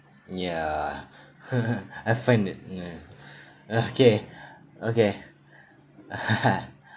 ya I'll find it ya okay okay